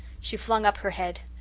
she flung up her head.